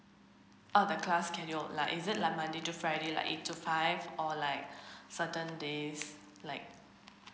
uh the class schedule like is it like monday to friday like eight to five or like certain days like